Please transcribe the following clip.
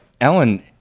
Ellen